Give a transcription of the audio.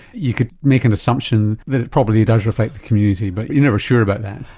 you could make an assumption that it probably does reflect the community but you're never sure about that.